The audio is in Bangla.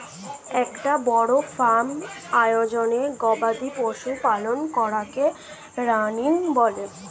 একটা বড় ফার্ম আয়োজনে গবাদি পশু পালন করাকে রানিং বলে